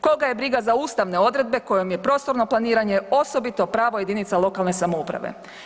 Koga je briga za ustavne odredbe kojom je prostorno planiranje osobito pravo jedinica lokalne samouprave?